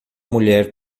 mulher